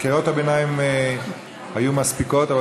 קריאות הביניים היו מספיקות.